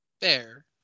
Fair